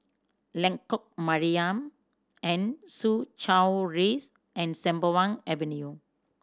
Lengkok Mariam and Soo Chow Rise and Sembawang Avenue